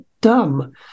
dumb